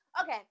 Okay